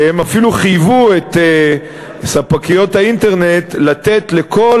שאפילו חייבו את ספקיות האינטרנט לתת לכל